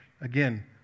Again